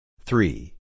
Three